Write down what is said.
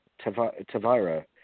Tavira